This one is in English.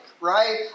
right